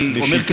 אני תומך,